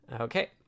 Okay